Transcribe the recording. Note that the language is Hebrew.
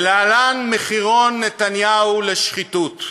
ולהלן מחירון נתניהו לשחיתות: